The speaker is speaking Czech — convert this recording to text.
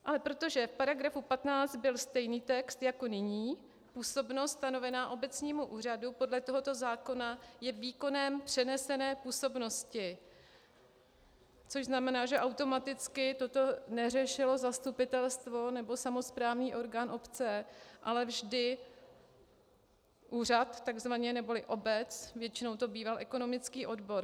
Ale protože v § 15 byl stejný text jako nyní, působnost stanovená obecnímu úřadu podle tohoto zákona je výkonem přenesené působnosti, což znamená, že automaticky toto neřešilo zastupitelstvo nebo samosprávní orgán obce, ale vždy úřad takzvaně neboli obec, většinou to býval ekonomický odbor.